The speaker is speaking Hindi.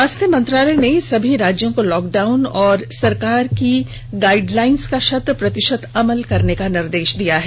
स्वास्थ्य मंत्रालय ने सभी राज्यों को लॉक डाउन और सरकार की गाइडलाइंस का शत प्रतिषत अमल करने का निर्देष दिया है